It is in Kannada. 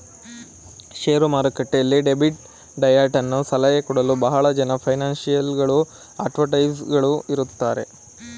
ಶೇರು ಮಾರುಕಟ್ಟೆಯಲ್ಲಿ ಡೆಬಿಟ್ ಡಯಟನ ಸಲಹೆ ಕೊಡಲು ಬಹಳ ಜನ ಫೈನಾನ್ಸಿಯಲ್ ಗಳು ಅಡ್ವೈಸರ್ಸ್ ಗಳು ಇರುತ್ತಾರೆ